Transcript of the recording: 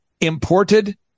imported